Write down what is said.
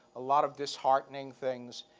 a lot of disheartening things.